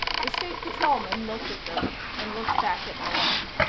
the state patrolman looked at them, and looked back at malone.